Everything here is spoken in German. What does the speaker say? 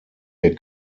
wir